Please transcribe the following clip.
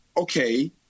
Okay